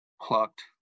plucked